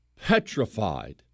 petrified